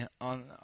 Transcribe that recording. on